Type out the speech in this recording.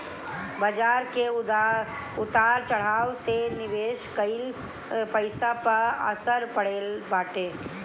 बाजार के उतार चढ़ाव से निवेश कईल पईसा पअ असर पड़त बाटे